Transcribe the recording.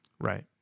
Right